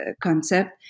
concept